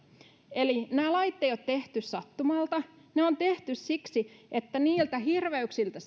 eli näitä lakeja ei ole tehty sattumalta ne on tehty siksi että säästyttäisiin niiltä hirveyksiltä